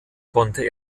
konnte